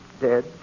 dead